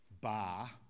bar